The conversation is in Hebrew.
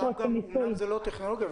אמנם זה לא טכנולוגיה,